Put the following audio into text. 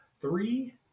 three